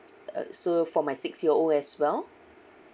uh so for my six year old as well